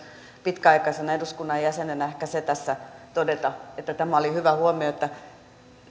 pitkäaikaisena eduskunnan jäsenenä ehkä se tässä todeta että tämä oli hyvä huomio